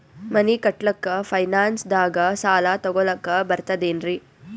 ಮನಿ ಕಟ್ಲಕ್ಕ ಫೈನಾನ್ಸ್ ದಾಗ ಸಾಲ ತೊಗೊಲಕ ಬರ್ತದೇನ್ರಿ?